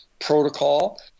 protocol